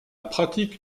pratique